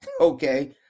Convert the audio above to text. okay